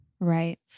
Right